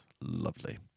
lovely